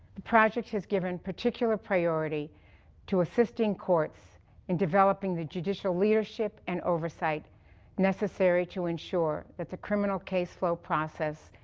the project has given particular priority to assisting courts in developing the judicial leadership and oversight necessary to ensure that the criminal caseflow process